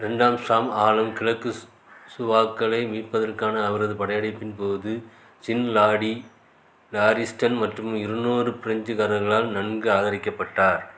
ரெண்டாம் ஷாம் ஆலம் கிலக்கு சு சுவாக்களை மீட்பதற்கான அவரது படையெடுப்பின் போது ஜின் லாடி லாரிஸ்டன் மற்றும் இருநூறு பிரெஞ்சுக்காரர்களால் நன்கு ஆதரிக்கப்பட்டார்